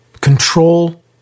Control